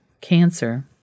Cancer